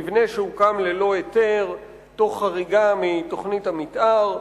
מבנה שהוקם ללא היתר, תוך חריגה מתוכנית המיתאר.